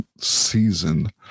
season